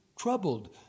troubled